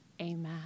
amen